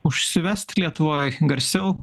užsivest lietuvoj garsiau